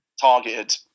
targeted